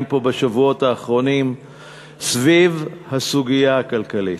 פה בשבועות האחרונים סביב הסוגיה הכלכלית.